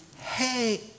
Hey